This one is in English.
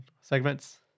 Segments